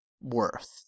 worth